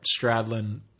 Stradlin